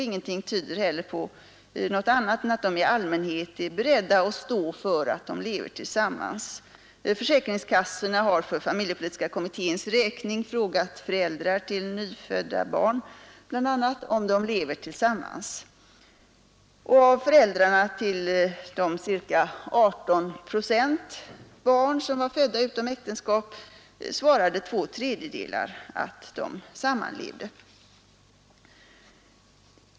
Ingenting tyder heller på något annat än att de i allmänhet är beredda att stå för att de lever tillsammans. Försäkringskassorna har för familjepolitiska kommitténs räkning frågat föräldrar till nyfödda barn bl.a. om de lever tillsammans. Av föräldrarna till de ca 18 procent barn som var födda utom äktenskap svarade två tredjedelar att de sammanlevde.